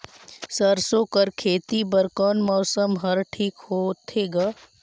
सरसो कर खेती बर कोन मौसम हर ठीक होथे ग?